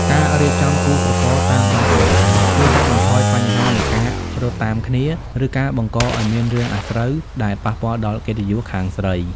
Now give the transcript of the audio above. ការរៀបចំគូស្រករតាមបែបបុរាណ ជួយកាត់បន្ថយបញ្ហានៃការ "រត់តាមគ្នា" ឬការបង្កឱ្យមានរឿងអាស្រូវដែលប៉ះពាល់ដល់កិត្តិយសខាងស្រី។